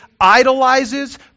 idolizes